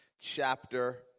chapter